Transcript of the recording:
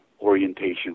orientation